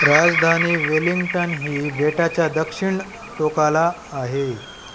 राजधानी वेलिंग्टन ही बेटाच्या दक्षिण टोकाला आहे